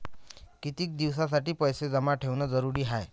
कितीक दिसासाठी पैसे जमा ठेवणं जरुरीच हाय?